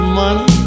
money